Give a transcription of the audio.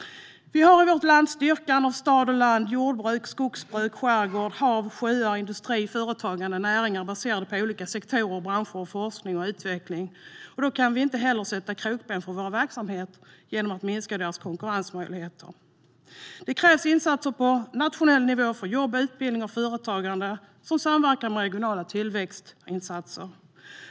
Vi har i vårt land styrkan av stad och land, jordbruk, skogsbruk, skärgård, hav, sjöar, industri, företagande, näringar baserade på olika sektorer och branscher, forskning och utveckling. Då kan vi inte sätta krokben för våra verksamheter genom att minska deras konkurrensmöjligheter. Det krävs insatser på nationell nivå för jobb, utbildning och företagande, vilka samverkar med regionala tillväxtinsatser.